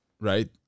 right